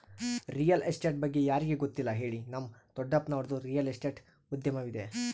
real estate ಬಗ್ಗೆ ಯಾರಿಗೆ ಗೊತ್ತಿಲ್ಲ ಹೇಳಿ, ನಮ್ಮ ದೊಡ್ಡಪ್ಪನವರದ್ದು ರಿಯಲ್ ಎಸ್ಟೇಟ್ ಉದ್ಯಮವಿದೆ